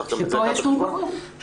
צריך גם את זה לקחת בחשבון,